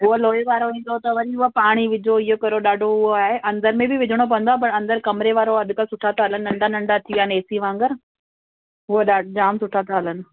उहो लोहे वारे ईंदो त वरी हूंअ पाणी विझो इहो करो ॾाढो हूअ आहे अंदरि में बि विझणो पवंदुव पर अंदरि कमिरे वारो अॼुकल्ह सुठा था हलनि नंढा नंढा अची विया आहिनि एसीअ वांगुरु हू जामु सुठा था हलनि